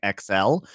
XL